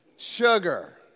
Sugar